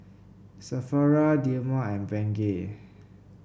sephora Dilmah and Bengay